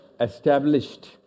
established